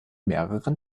mehreren